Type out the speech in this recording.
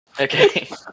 Okay